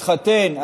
התחתן,